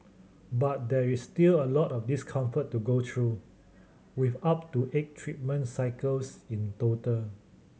but there is still a lot of discomfort to go through with up to eight treatment cycles in total